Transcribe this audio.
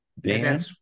Dan